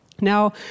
Now